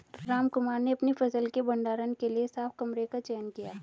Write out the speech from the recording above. रामकुमार ने अपनी फसल के भंडारण के लिए साफ कमरे का चयन किया